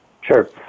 Sure